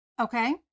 Okay